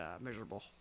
miserable